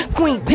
Queen